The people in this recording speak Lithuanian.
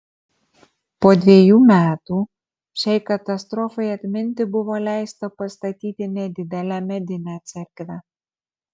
po dvejų metų šiai katastrofai atminti buvo leista pastatyti nedidelę medinę cerkvę